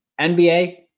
NBA